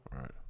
right